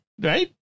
Right